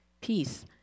peace